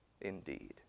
indeed